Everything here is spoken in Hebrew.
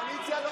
להצביע.